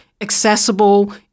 accessible